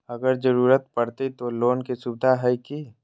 अगर जरूरत परते तो लोन के सुविधा है की?